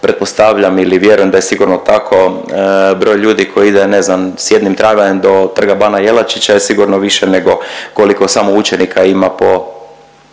pretpostavljam ili vjerujem da je sigurno tako broj ljudi koji ide ne znam s jednim tramvajem do Trga bana Jelačića je sigurno više nego koliko samo učenika ima po,